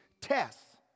tests